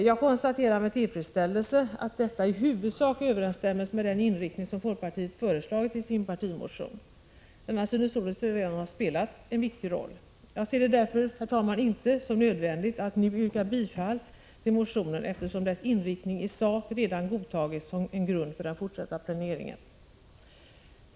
Jag konstaterar med tillfredsställelse att detta i huvudsak överensstämmer med den inriktning som folkpartiet föreslagit i sin partimotion. Denna synes sålunda redan ha spelat en viktig roll. Jag ser det därför inte som nödvändigt att nu yrka bifall till motionen, eftersom dess inriktning i sak redan godtagits som en grund för den fortsatta planeringen.